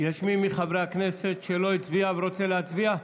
יש מי מחברי הכנסת שלא הצביע ורוצה להצביע?